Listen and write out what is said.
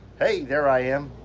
hey there i am!